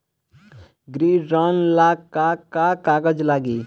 गृह ऋण ला का का कागज लागी?